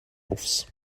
offs